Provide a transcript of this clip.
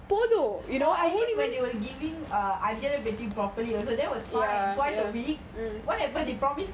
or I mean when they were giving anjarai பட்டி:anjara patti properly also that was fine twice a week what happen they promised